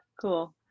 Cool